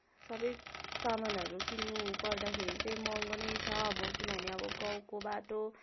सबै सामानहरू किन्नु पर्दाखेरि चाहिँ महँगो नै छ किनभने अब गाउँको बाटो